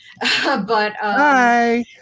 Hi